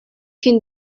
can